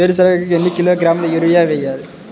వేరుశనగకు ఎన్ని కిలోగ్రాముల యూరియా వేయాలి?